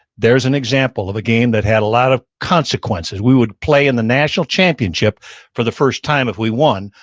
there's an example of a game that had a lot of consequences, we would play in the national championship for the first time if we won.